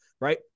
right